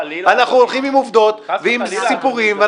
אנחנו הולכים עם עובדות ועם סיפורים -- חס וחלילה,